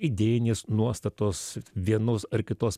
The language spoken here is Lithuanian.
idėjinės nuostatos vienos ar kitos